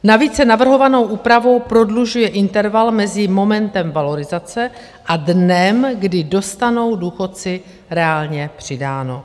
Navíc se navrhovanou úpravou prodlužuje interval mezi momentem valorizace a dnem, kdy dostanou důchodci reálně přidáno.